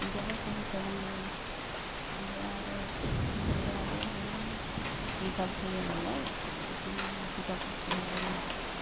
दिंखियाफोरखो होफैनांगो ओमफ्राय आरो नहलेबा आरो बै जिगाब हायो नालाय बे जिगाबफोरखोबो